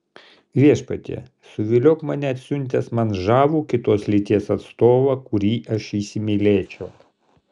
viešpatie suviliok mane atsiuntęs man žavų kitos lyties atstovą kurį aš įsimylėčiau